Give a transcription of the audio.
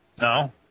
No